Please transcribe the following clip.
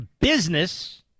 business